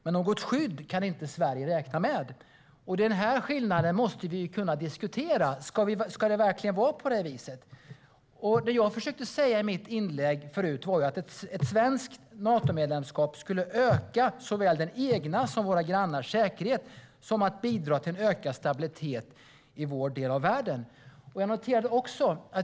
Men något skydd kan Sverige inte räkna med. Den skillnaden måste vi ju kunna diskutera. Ska det verkligen vara på viset? Det jag försökte att säga i mitt tidigare inlägg var att ett svenskt Natomedlemskap skulle öka såväl vår egen som våra grannars säkerhet och bidra till ökad stabilitet i vår del av världen.